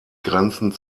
grenzen